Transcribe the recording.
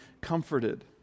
comforted